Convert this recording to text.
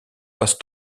passe